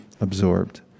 absorbed